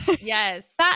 yes